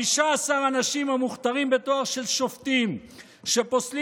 15 אנשים המוכתרים בתואר של שופטים שפוסלים